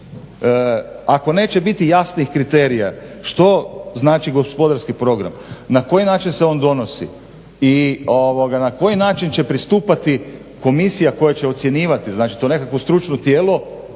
Ako neće biti jasnih kriterija što znači gospodarski program, na koji način se on donosi i na koji način će pristupati komisija koja će ocjenjivati, znači to nekakvo stručno tijelo